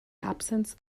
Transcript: absence